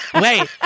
wait